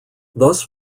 thus